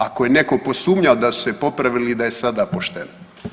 Ako je netko posumnjao da su se popravili i da je sada pošteno.